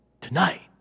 tonight